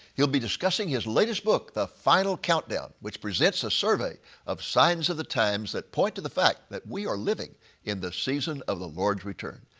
he'll be discussing his latest book, the final countdown, which presents a survey of signs of the times that point to the fact that we are living in the season of the lord's return.